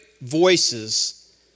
voices